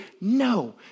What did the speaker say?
No